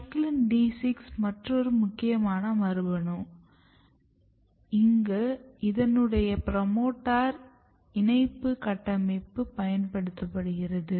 CYCLIN D6 மற்றொரு முக்கியமான மரபணு இங்கு இதனுடய ப்ரோமோட்டர் இணைப்பு கட்டமைப்பு பயன்படுகிறது